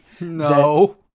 No